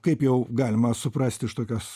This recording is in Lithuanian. kaip jau galima suprasti iš tokios